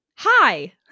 Hi